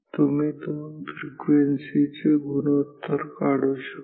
तुम्ही दोन फ्रिक्वेन्सी चे गुणोत्तर सुद्धा काढू शकता